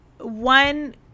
one